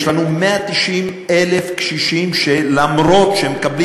יש לנו 190,000 קשישים שלמרות שהם מקבלים